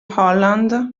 holland